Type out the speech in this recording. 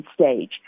stage